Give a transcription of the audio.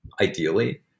Ideally